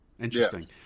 Interesting